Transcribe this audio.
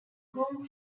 home